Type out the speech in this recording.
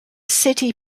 city